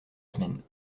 semaine